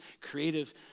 creative